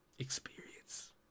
experience